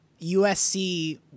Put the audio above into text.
USC